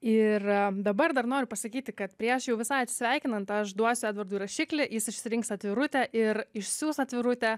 ir dabar dar noriu pasakyti kad prieš jau visai atsisveikinant aš duosiu edvardui rašiklį jis išsirinks atvirutę ir išsiųs atvirutę